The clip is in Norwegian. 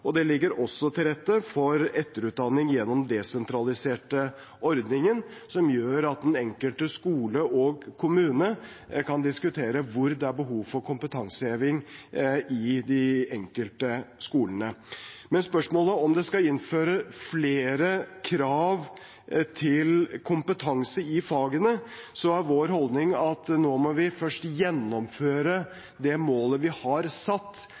Det ligger også til rette for etterutdanning gjennom desentraliserte ordninger, noe som gjør at den enkelte skole og kommune kan diskutere hvor det er behov for kompetanseheving. På spørsmålet om det skal innføres flere krav til kompetanse i fagene, er vår holdning at vi nå først må gjennomføre det målet vi har satt